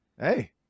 Hey